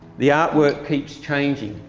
the art work keeps changing,